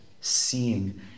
seeing